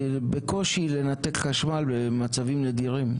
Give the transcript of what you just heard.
בקושי לנתק חשמל במצבים נדירים.